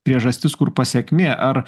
priežastis kur pasekmė ar